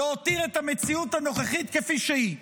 להותיר את המציאות הנוכחית כפי שהיא,